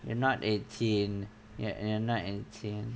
you're not eighteen you you're not eighteen